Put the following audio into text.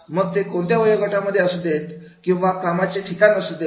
मग ते कोणत्याही वयोगटांमध्ये असू देत किंवा कामाचे ठिकाण असू देत